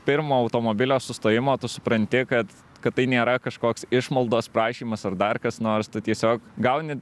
pirmo automobilio sustojimo tu supranti kad kad tai nėra kažkoks išmaldos prašymas ar dar kas nors tu tiesiog gauni